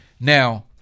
Now